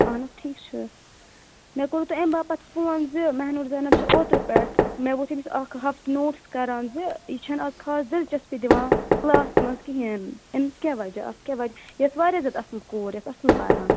اَہَن حظ ٹھیٖک چھُ مےٚ کوٚروٕ تۄہہِ اَمہِ باپَتھ فون زِ محنوٗر زینب چھِ اوترٕ پٮ۪ٹھ مےٚ وُچھ أمِس اَکھ ہَفتہٕ نوٹٕس کَران زِ یہِ چھَنہٕ اَز خاص دِلچَسپی دِوان کٕلاسَس منٛز کِہیٖنٛۍ أمِس کیٛاہ وَجہ اَتھ کیٛاہ وَجہ یہِ ٲسۍ واریاہ زیادٕ اَصٕل کوٗر یہِ ٲس اَصٕل پَران